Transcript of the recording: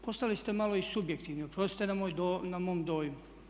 Postali ste malo i subjektivni, oprostite na mom dojmu.